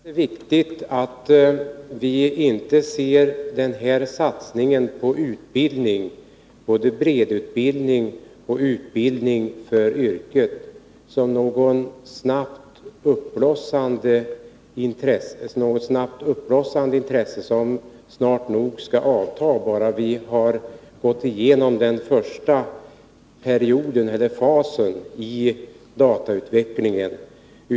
Herr talman! Jag tror att det är viktigt att vi inte ser den här satsningen på utbildning — både breddutbildning och utbildning för yrke — som något uttryck för ett snabbt uppblossande intresse, som snart nog skall avta, bara vi har gått igenom den första fasen i datautvecklingen.